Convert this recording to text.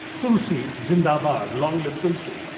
tulsi zindabad long live tulsi.